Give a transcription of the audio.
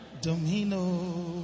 domino